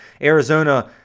Arizona